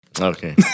Okay